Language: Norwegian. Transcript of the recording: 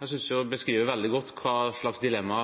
jeg synes hun beskriver veldig godt hva slags dilemma